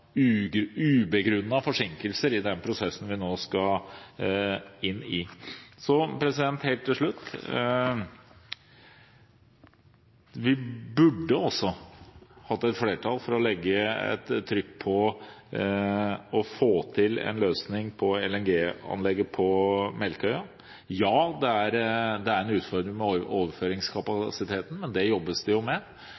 forsinkelser i den prosessen som vi nå skal inn i. Helt til slutt: Vi burde også hatt et flertall for å legge et trykk på å få til en løsning for LNG-anlegget på Melkøya. Det er en utfordring med overføringskapasiteten, men det jobbes det med. Det er